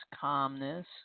calmness